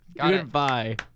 Goodbye